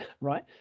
right